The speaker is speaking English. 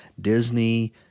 Disney